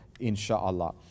insha'Allah